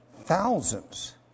thousands